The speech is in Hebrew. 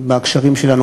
בקשרים שלנו,